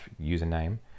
username